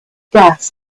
gas